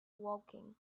woking